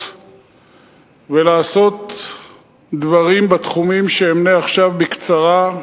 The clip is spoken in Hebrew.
ולעשות דברים בתחומים שאמנה עכשיו בקצרה,